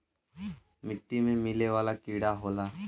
मिट्टी में मिले वाला कीड़ा होला